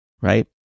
right